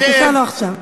בבקשה, לא עכשיו.